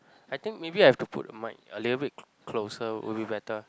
I think maybe I have to put the mic a little bit closer will be better